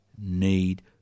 need